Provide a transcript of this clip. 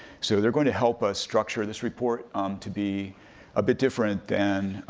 so they're gonna help us structure this report um to be a bit different than,